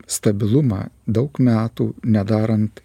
stabilumą daug metų nedarant